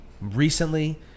recently